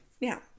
now